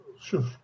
Sure